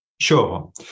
Sure